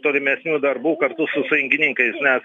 tolimesnių darbų kartu su sąjungininkais nes